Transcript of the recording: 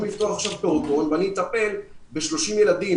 לפתוח עכשיו פעוטון ואני אטפל ב-30 ילדים.